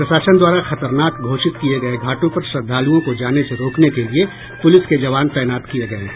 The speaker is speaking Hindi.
प्रशासन द्वारा खतरनाक घोषित किये गये घाटों पर श्रद्धालुओं को जाने से रोकने के लिए पुलिस के जवान तैनात किये गये हैं